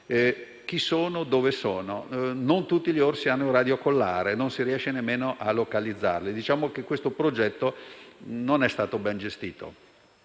Chi sono e dove sono? Non tutti gli orsi hanno un radiocollare, per cui non si riesce nemmeno a localizzarli. Diciamo che questo progetto non è stato ben gestito.